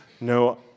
no